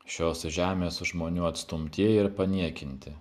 šios žemės žmonių atstumtieji ir paniekinti